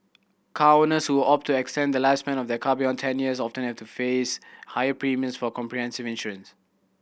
car owners who opt to extend the lifespan of their car beyond ten years often have to face higher premiums for comprehensive insurance